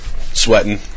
Sweating